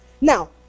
Now